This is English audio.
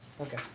Okay